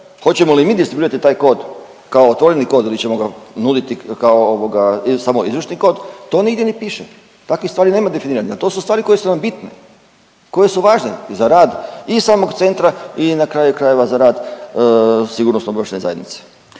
hoćemo li mi distribuirati taj kod kao otvoreni kod ili ćemo ga nuditi kao samo izvršni kod to nigdje ne piše. Takvih stvari nema definiranja, to su stvari koje su nam bitne, koje su važne i za rad i samog centra i na kraju krajeva za rad sigurnosno-obavještajne zajednice.